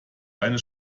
eine